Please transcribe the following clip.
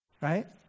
right